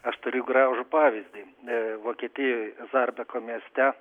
aš turiu gražų pavyzdį vokietijoj zardako mieste